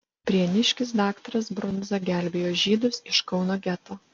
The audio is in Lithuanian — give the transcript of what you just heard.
prieniškis daktaras brundza gelbėjo žydus iš kauno geto